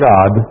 God